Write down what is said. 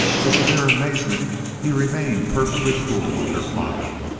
but to their amazement he remained perfectly cool under fire.